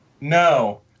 No